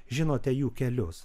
žinote jų kelius